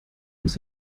ins